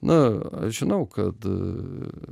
na aš žinau kad